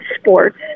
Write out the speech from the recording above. sports